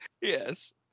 Yes